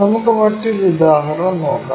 നമുക്ക് മറ്റൊരു ഉദാഹരണം നോക്കാം